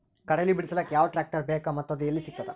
ಕಡಲಿ ಬಿಡಿಸಲಕ ಯಾವ ಟ್ರಾಕ್ಟರ್ ಬೇಕ ಮತ್ತ ಅದು ಯಲ್ಲಿ ಸಿಗತದ?